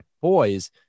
boys